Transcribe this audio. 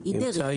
דרך,